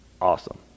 Awesome